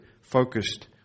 focused